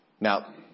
Now